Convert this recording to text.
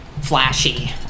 flashy